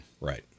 Right